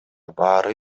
баары